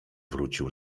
wrócił